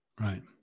Right